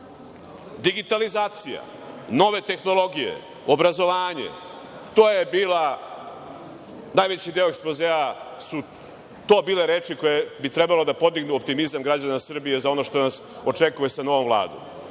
kontinuiteta. Digitalizacija, nove tehnologije, obrazovanje, to su bile najvećeg dela ekspozea reči koje bi trebalo da podignu optimizam građana Srbije za ono što nas očekuje sa novom Vladom.